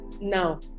now